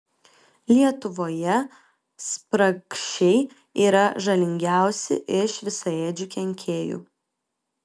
lietuvoje spragšiai yra žalingiausi iš visaėdžių kenkėjų